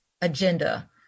agenda